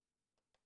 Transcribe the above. נציגות הורים.